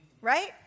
Right